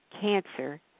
cancer